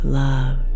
love